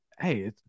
hey